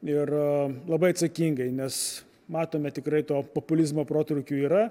ir labai atsakingai nes matome tikrai to populizmo protrūkių yra